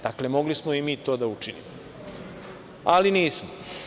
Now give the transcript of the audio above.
Dakle, mogli smo i mi to da učinimo, ali nismo.